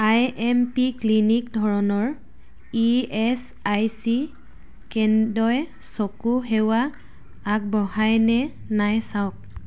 আই M P clinic ধৰণৰ E S I C কেন্দ্ৰই চকু সেৱা আগবঢ়াইনে নাই চাওক